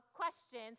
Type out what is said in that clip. questions